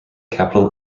capital